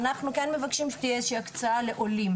ואנחנו כן מבקשים שתהיה איזו שהיא הקצאה לעולים,